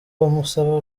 bamusaba